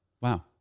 Wow